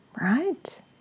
right